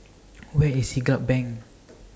Where IS Siglap Bank